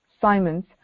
Simon's